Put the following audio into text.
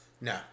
No